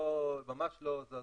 ממש לא זעזועים.